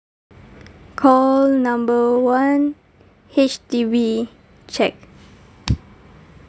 call number one H_D_B check